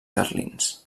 carlins